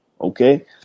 Okay